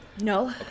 no